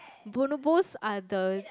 bonobos are the